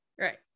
Right